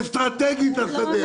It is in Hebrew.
-- אסטרטגית לשדה הזה.